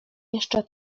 jeszcze